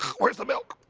where is the milk